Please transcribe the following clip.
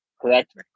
Correct